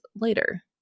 later